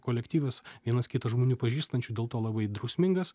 kolektyvas vienas kitą žmonių pažįstančių dėl to labai drausmingas